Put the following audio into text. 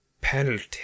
penalty